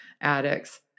addicts